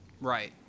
Right